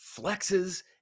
flexes